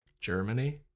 germany